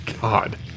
God